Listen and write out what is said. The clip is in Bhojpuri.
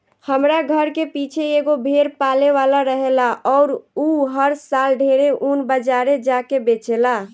हमरा घर के पीछे एगो भेड़ पाले वाला रहेला अउर उ हर साल ढेरे ऊन बाजारे जा के बेचेला